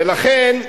ולכן,